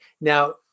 Now